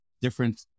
different